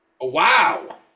Wow